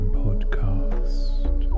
podcast